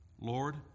Lord